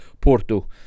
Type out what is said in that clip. Porto